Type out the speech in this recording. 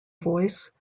voice